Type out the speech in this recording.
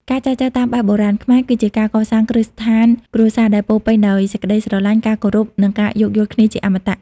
ការចែចូវតាមបែបបុរាណខ្មែរ គឺជាការកសាង "គ្រឹះស្ថានគ្រួសារ" ដែលពោរពេញដោយសេចក្ដីស្រឡាញ់ ការគោរព និងការយោគយល់គ្នាជាអមតៈ។